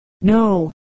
No